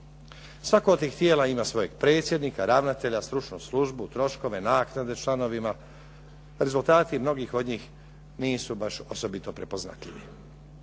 Svako od tih tijela ima svojeg predsjednika, ravnatelja, stručnu službu, troškove, naknade članovima, rezultati mnogi od njih nisu baš osobito prepoznatljivi.